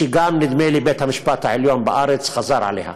שגם, נדמה לי, בית-המשפט העליון בארץ חזר עליה.